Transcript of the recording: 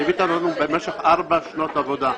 ליווית אותנו במשך ארבע שנות עבודה,